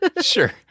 Sure